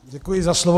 Děkuji za slovo.